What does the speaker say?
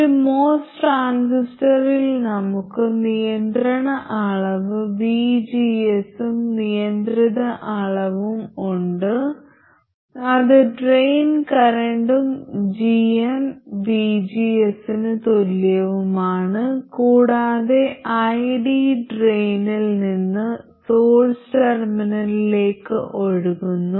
ഒരു MOS ട്രാൻസിസ്റ്ററിൽ നമുക്ക് നിയന്ത്രണ അളവ് vgs ഉം നിയന്ത്രിത അളവും ഉണ്ട് അത് ഡ്രെയിൻ കറന്റും g gmvgs ന് തുല്യവുമാണ് കൂടാതെ id ഡ്രെയിനിൽ നിന്ന് സോഴ്സ് ടെർമിനലിലേക്ക് ഒഴുകുന്നു